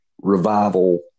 revival